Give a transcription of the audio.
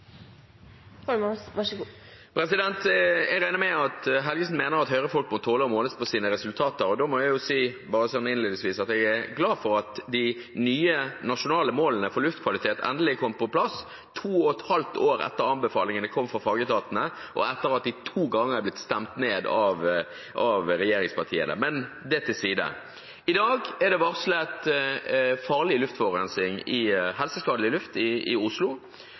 Jeg regner med at Helgesen mener at Høyre-folk må tåle å måles på sine resultater, og da må jeg si, innledningsvis, at jeg er glad for at de nye nasjonale målene for luftkvalitet endelig kom på plass, to og et halvt år etter at anbefalingene kom fra fagetatene, og etter at de to ganger har blitt stemt ned av regjeringspartiene. Men det til side: I dag er det varslet helseskadelig luft i Oslo. Regjeringen har i løpet av sin periode ikke noensinne foreslått økning av lokalutslippskomponenten i